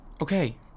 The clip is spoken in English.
Okay